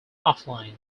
offline